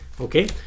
Okay